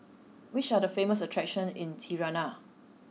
which are the famous attractions in Tirana